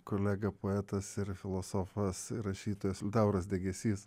kolega poetas ir filosofas rašytojas liutauras degėsys